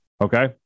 okay